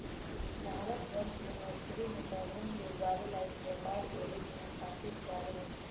भारतवर्ष में नर्सरी में पौधवन के उगावे ला एक व्यापार के रूप में स्थापित कार्य हई